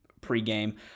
pregame